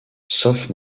sauf